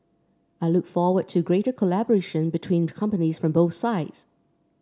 I look forward to greater collaboration between companies from both sides